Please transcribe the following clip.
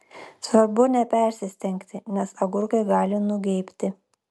svarbu nepersistengti nes agurkai gali nugeibti